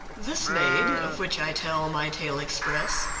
this maid, of which i tell my tale express,